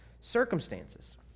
circumstances